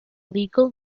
legal